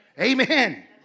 Amen